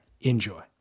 Enjoy